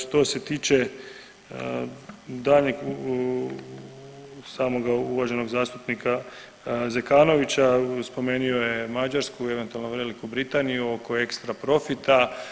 Što se tiče daljnjeg samoga uvaženog zastupnika Zekanovića, spomenuo je Mađarsku i eventualno Veliku Britaniju oko ekstra profita.